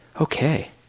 okay